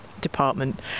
department